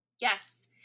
Yes